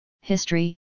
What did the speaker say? History